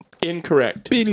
Incorrect